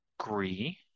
agree